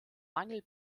mangel